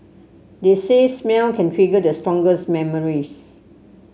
they say smell can trigger the strongest memories